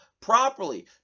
properly